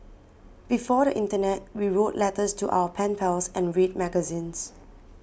before the internet we wrote letters to our pen pals and read magazines